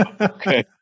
okay